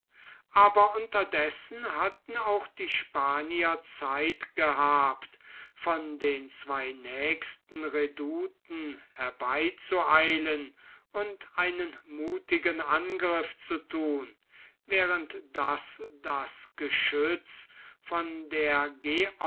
aber unterdessen hatten auch die spanier zeit gehabt von den zwei nächsten redouten herbeizueilen und einen mutigen angriff zu thun während daß das geschütz von der